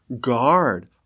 guard